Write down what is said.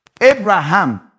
Abraham